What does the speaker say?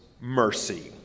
mercy